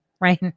right